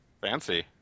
Fancy